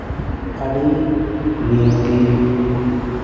ᱟᱹᱰᱤ ᱱᱤᱦᱟᱹᱛᱤ